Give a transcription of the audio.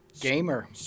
Gamer